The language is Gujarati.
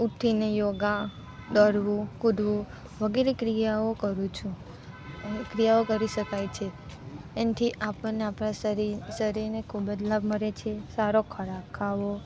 ઊઠીને યોગા દોડવું કૂદવું વગેરે ક્રિયાઓ કરું છું ક્રિયાઓ કરી શકાય છે એનાથી આપણને આપણાં શરીર શરીરને ખૂબ જ લાભ મળે છે સારો ખોરાક ખાવો